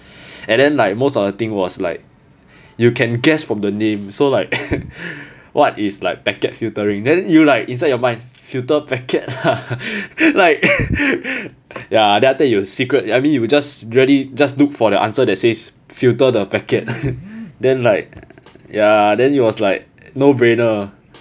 and then like most of the thing was like you can guess from the name so like what is like packet filtering then you like inside your mind filter packet lah like ya then after that you secret I mean you just read it you just look for the answer that says filter the packet then like ya then he was like no brainer but